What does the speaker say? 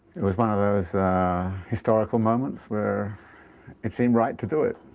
it was one of those historical moments where it seemed right to do it.